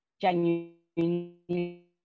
genuinely